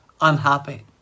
unhappy